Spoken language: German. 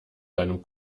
deinem